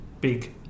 big